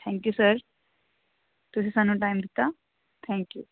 thank you sir ਤੁਸੀਂ ਸਾਨੂੰ time ਦਿੱਤਾ ਥੈਂਕ ਯੂ